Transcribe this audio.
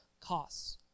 costs